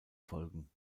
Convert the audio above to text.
folgen